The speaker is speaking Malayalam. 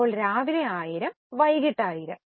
അപ്പോൾ രാവിലെ 1000 വൈകിട്ട് 1000